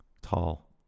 Tall